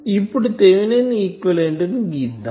ఇప్పడు Thevenin equivalent Thevenin's equivalent ను గీద్దాం